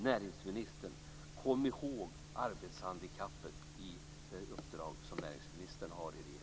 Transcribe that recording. Näringsministern, kom i håg arbetshandikappet i det uppdrag näringsministern har i regeringen!